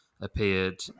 appeared